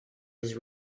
his